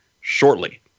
shortly